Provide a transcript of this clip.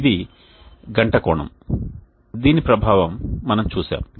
ఇది గంట కోణం దీని ప్రభావం మనం చూశాము